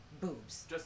boobs